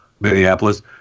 Minneapolis